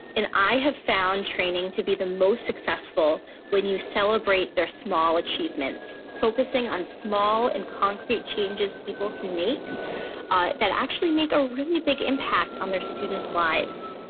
and i have found training to be the most successful when you celebrate their small achievements, focusing on small and concrete changes people can make that actually make a really big impact on their students' lives.